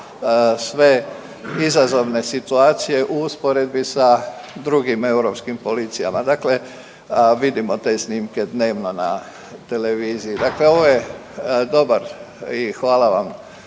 sve izazovne situacije u usporedbi sa drugim europskim policijama, dakle vidimo te snimke dnevno na televiziji. Dakle, ovo je dobar i hvala vam